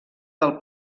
del